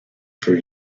for